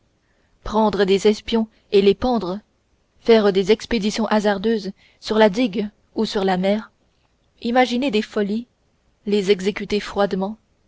prendre des espions et les pendre faire des expéditions hasardeuses sur la digue ou sur la mer imaginer des folies les exécuter froidement